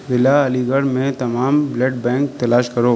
ضلع علی گڑھ میں تمام بلڈ بینک تلاش کرو